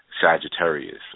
Sagittarius